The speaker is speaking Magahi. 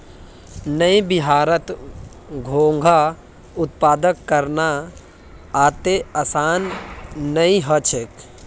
नइ बिहारत घोंघा उत्पादन करना अत्ते आसान नइ ह छेक